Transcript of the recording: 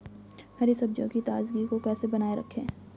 हरी सब्जियों की ताजगी को कैसे बनाये रखें?